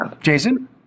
Jason